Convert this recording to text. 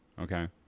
Okay